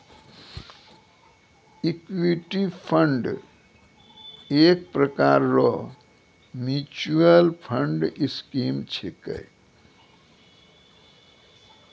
equity fund एक प्रकार रो मिच्युअल फंड स्कीम छिकै